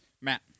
Matt